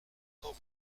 quand